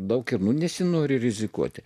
daug ir nesinori rizikuoti